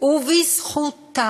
ובזכותה